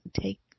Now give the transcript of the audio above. take